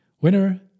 Winner